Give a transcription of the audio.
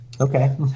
Okay